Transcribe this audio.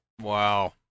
Wow